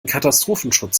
katastrophenschutz